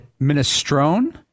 minestrone